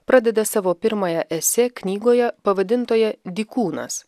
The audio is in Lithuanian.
pradeda savo pirmąją esė knygoje pavadintoje dykūnas